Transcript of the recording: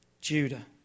Judah